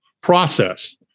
process